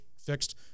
fixed